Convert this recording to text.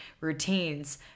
routines